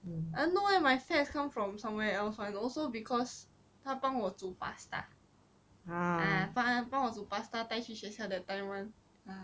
uh no eh my fats come from somewhere [one] and else but also because 他帮我煮 pasta ah 帮我煮 pasta 带去学校 that time one